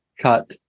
cut